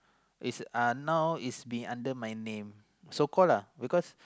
it's uh now it's been under my name so called lah because